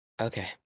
Okay